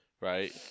right